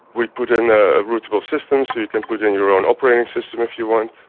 we put in a routable system so you can put in your own operating system if you want.